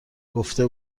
گفته